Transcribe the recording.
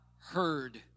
heard